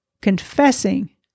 confessing